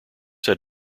had